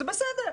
וזה בסדר,